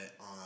on